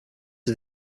are